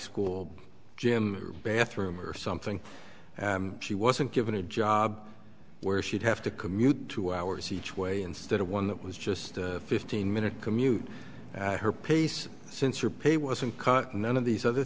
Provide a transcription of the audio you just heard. school gym or bathroom or something she wasn't given a job where she'd have to commute two hours each way instead of one that was just a fifteen minute commute at her pace since her pay wasn't cut none of these other